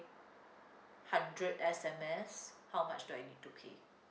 hundred S_M_S how much do I need to pay